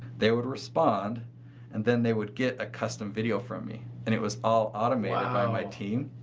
they would respond and then they would get a custom video from me and it was all automated by my team.